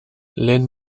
lehen